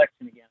again